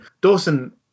Dawson